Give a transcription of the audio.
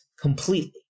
completely